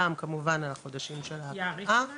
גם כמובן על החודשים ש- -- יאריכו להן?